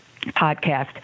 podcast